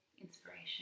inspiration